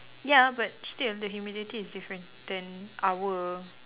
ya but still the humidity is different than our